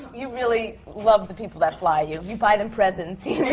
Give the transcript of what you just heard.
you really love the people that fly you. you buy them presents.